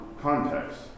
context